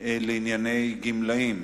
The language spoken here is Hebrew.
לענייני גמלאים.